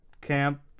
camp